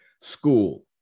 school